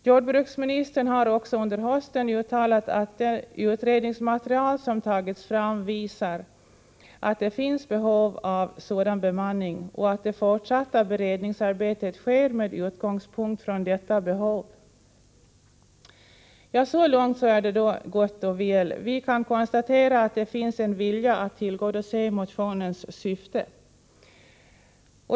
Jordbruksministern har också under hösten uttalat att det utredningsmaterial som tagits fram visar att det finns behov av sådan bemanning och att det fortsatta beredningsarbetet sker med utgångspunkt i detta behov. Ja, så långt är det gott och väl. Vi kan konstatera att det finns en vilja att tillgodose motionens syfte.